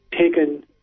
taken